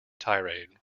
tirade